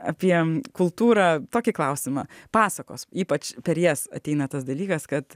apie kultūrą tokį klausimą pasakos ypač per jas ateina tas dalykas kad